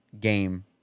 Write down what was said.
game